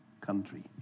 country